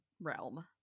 realm